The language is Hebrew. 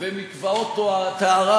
ומקוואות טהרה,